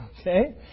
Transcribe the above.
okay